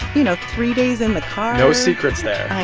you know, three days in the car no secrets there i